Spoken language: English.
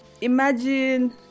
imagine